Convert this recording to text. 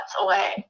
away